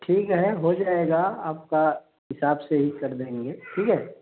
ठीक है हो जाएगा आपका हिसाब से ही कर देंगे ठीक है